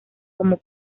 como